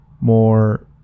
more